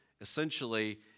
essentially